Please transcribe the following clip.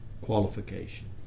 qualification